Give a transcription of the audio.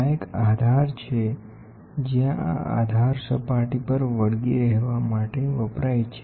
આ એક આધાર છે જ્યાં આ આધાર સપાટી પર વળગી રહેવા માટે વપરાય છે